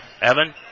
Evan